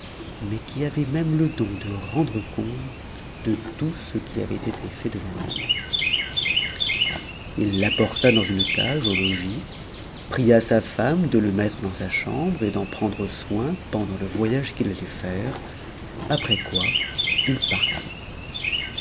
mais qui avait même le don de rendre compte de tout ce qui avait été fait devant lui il l'apporta dans une cage au logis pria sa femme de le mettre dans sa chambre et d'en prendre soin pendant le voyage qu'il allait faire après quoi il partit